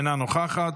אינה נוכחת,